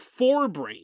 forebrain